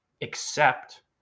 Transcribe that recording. accept